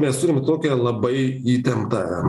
mes turime tokią labai įtemptą